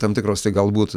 tam tikros tai galbūt